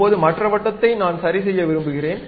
இப்போது மற்ற வட்டத்தை நான் சரிசெய்ய விரும்புகிறேன்